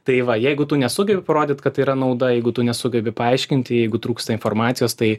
tai va jeigu tu nesugebi parodyt kad tai yra nauda jeigu tu nesugebi paaiškint jeigu trūksta informacijos tai